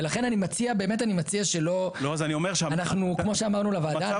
ולכן כמו שאמרנו לוועדה,